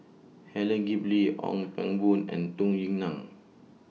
Helen Gilbey Ong Pang Boon and Dong Yue Nang